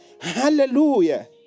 Hallelujah